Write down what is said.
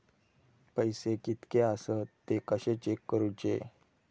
पैसे कीतके आसत ते कशे चेक करूचे?